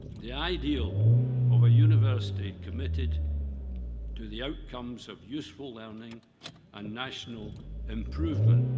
the ideal of a university committed to the outcomes of useful learning and national improvement,